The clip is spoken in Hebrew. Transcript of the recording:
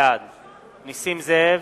בעד נסים זאב,